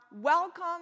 Welcome